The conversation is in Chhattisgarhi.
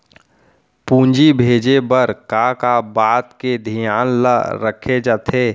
पूंजी भेजे बर का का बात के धियान ल रखे जाथे?